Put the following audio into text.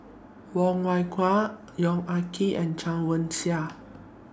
Wong Kwei Cheong Yong Ah Kee and Chen Wen Hsi